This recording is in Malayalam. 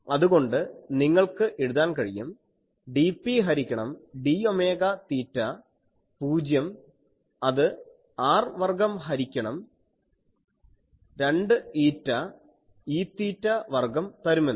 അതുകൊണ്ട് നിങ്ങൾക്ക് എഴുതാൻ കഴിയും dP ഹരിക്കണം d ഒമേഗ തീറ്റ 0 അത് r വർഗ്ഗം ഹരിക്കണം 2η Eθ വർഗ്ഗം തരുമെന്ന്